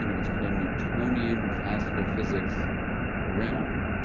you know what's called newtonian, classical physics realm,